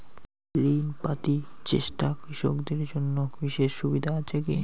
ঋণ পাতি চেষ্টা কৃষকদের জন্য বিশেষ সুবিধা আছি কি?